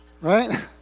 Right